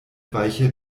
weiche